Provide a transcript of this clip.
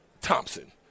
Thompson